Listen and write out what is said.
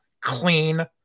clean